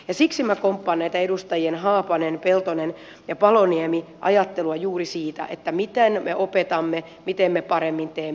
siksi minä komppaan edustajien haapanen peltonen ja paloniemi ajattelua juuri siitä miten me opetamme miten me paremmin teemme